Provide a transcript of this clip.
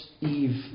Eve